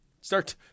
Start